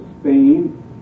Spain